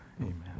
Amen